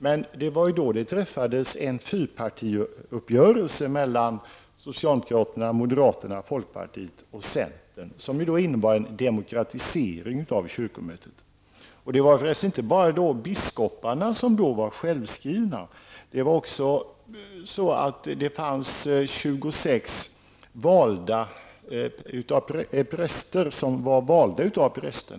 Men då träffades en fyrpartiuppgörelse mellan socialdemokraterna, moderaterna, folkpartiet och centern. Denna innebar en demokratisering av kyrkomötet. Det var förresten inte bara biskoparna som då var självskrivna. Det fanns även 26 präster som var valda av präster.